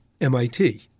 MIT